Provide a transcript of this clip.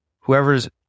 whoever's